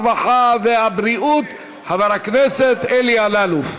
הרווחה והבריאות חבר הכנסת אלי אלאלוף.